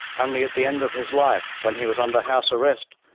only at the end of his life, when he was under house arrest,